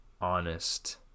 honest